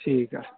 ठीक है